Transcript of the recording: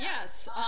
Yes